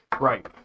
Right